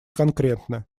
конкретны